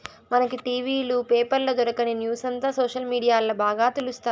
మనకి టి.వీ లు, పేపర్ల దొరకని న్యూసంతా సోషల్ మీడియాల్ల బాగా తెలుస్తాది